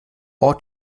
ort